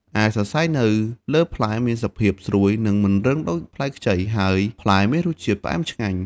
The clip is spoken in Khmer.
ឯសរសៃនៅលើផ្លែមានសភាពស្រួយនិងមិនរឹងដូចផ្លែខ្ចី ហើយផ្លែមានរសជាតិផ្អែមឆ្ងាញ់។